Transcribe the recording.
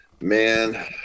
Man